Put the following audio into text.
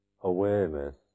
awareness